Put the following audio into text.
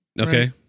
Okay